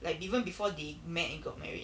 like even before they met and got married